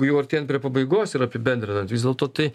jau artėjant prie pabaigos ir apibendrinant vis dėlto tai